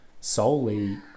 solely